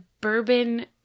bourbon